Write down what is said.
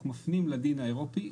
אנחנו מפנים לדין האירופי,